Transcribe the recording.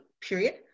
period